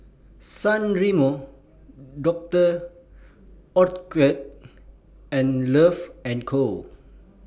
San Remo Dr Oetker and Love and Co